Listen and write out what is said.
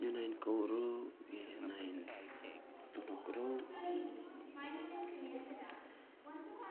Nyo nainy kour rou ge nyo nainy tonok rou